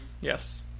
yes